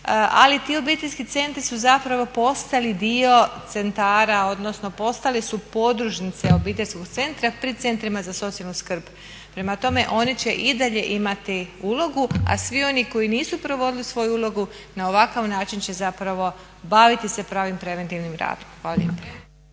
Ali ti obiteljski centri su postali dio centara odnosno postali su podružnice obiteljskog centra pri centru za socijalnu skrb. Prema tome oni će i dalje imati ulogu, a svi oni koji nisu provodili svoju ulogu na ovakav način će se baviti pravim preventivnim radom. Hvala lijepo.